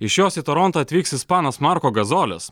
iš jos į torontą atvyks ispanas marko gazolis